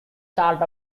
salt